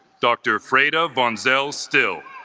dr. freda ah vonzell still